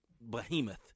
behemoth